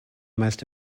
most